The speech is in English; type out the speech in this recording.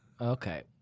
Okay